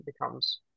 becomes